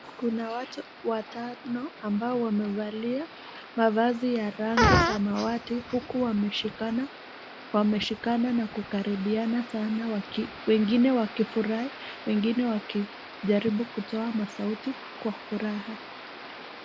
Kuna watu watano ambao wamevalia mavazi ya rangi samawati huku wameshikana, wameshikana na kukaribiana sana wengine wakifurahi wengine wakijaribu kutoa masauti kwa furaha.